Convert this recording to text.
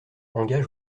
engage